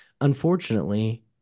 unfortunately